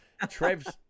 Trev's